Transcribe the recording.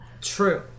True